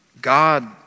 God